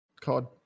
COD